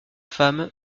femme